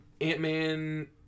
Ant-Man